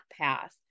path